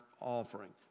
offering